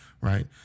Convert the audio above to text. Right